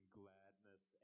gladness